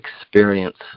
experience